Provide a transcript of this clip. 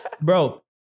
Bro